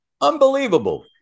Unbelievable